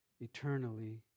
eternally